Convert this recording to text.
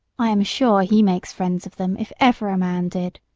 i am sure he makes friends of them if ever a man did.